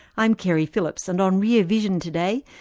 i'm keri phillips and on rear vision today,